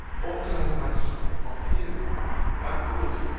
ought to have had some upon you and would,